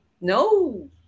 No